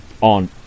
on